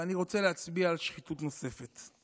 ואני רוצה להצביע על שחיתות נוספת: